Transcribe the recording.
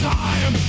time